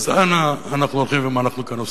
אז אנה אנחנו הולכים ומה אנחנו כאן עושים.